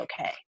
okay